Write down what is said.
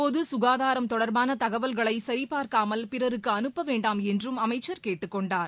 பொது க்காதாரம் தொடர்பான தகவல்களை சரிபார்க்காமல் பிறருக்கு அனுப்ப வேண்டாம் என்றும் அமைச்சர் கேட்டுக் கொண்டார்